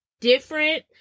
different